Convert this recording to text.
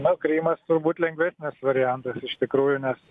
o krymas turbūt lengvesnis variantas iš tikrųjų nes